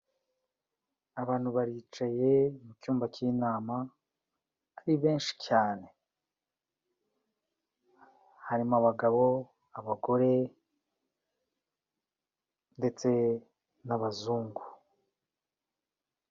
Abantu baricaye mu cyumba cy'inama ari benshi cyane, harimo abagabo, abagore ndetse n'abazungu.